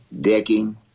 Decking